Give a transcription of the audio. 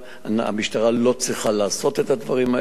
המשטרה לא צריכה לעשות את הדברים האלה.